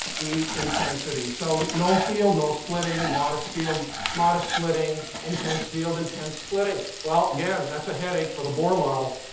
e intensity. so no field, no splitting. modest field modest splitting. intense field, intense splitting. well, again, that's a headache for the bohr model.